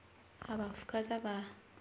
हाबा हुखा जाबा